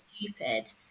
stupid